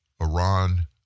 Iran